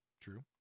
True